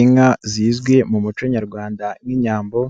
Inka zizwi mu muco nyarwanda nk'Inyambo